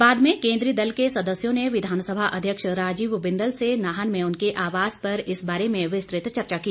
बाद में केन्द्रीय दल के सदस्यों ने विधानसभा अध्यक्ष राजीव बिंदल से नाहन में उनके आवास पर इस बारे में विस्तृत चर्चा की